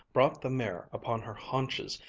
brought the mare upon her haunches,